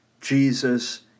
Jesus